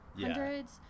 hundreds